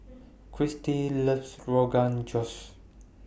Krystin loves Rogan Josh